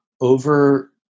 over